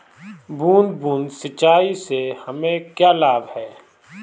बूंद बूंद सिंचाई से हमें क्या लाभ है?